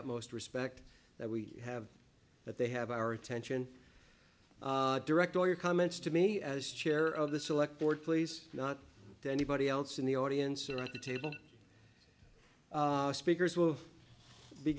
upmost respect that we have that they have our attention direct all your comments to me as chair of the select board please not to anybody else in the audience or at the table speakers will be